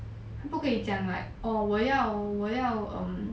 他不可以讲这样 like orh 我要我要 um